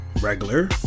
regular